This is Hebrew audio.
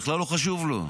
זה בכלל לא חשוב לו.